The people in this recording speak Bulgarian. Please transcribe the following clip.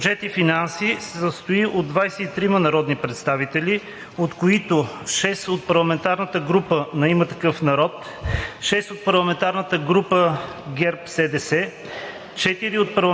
Комисията по здравеопазването се състои от 23 народни представители, от които 6 от парламентарната група на „Има такъв народ“, 6 от парламентарната група на ГЕРБ-СДС,